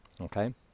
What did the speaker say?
okay